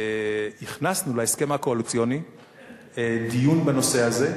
הכנסנו להסכם הקואליציוני דיון בנושא הזה,